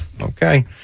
Okay